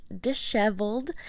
disheveled